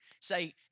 Say